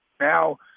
now –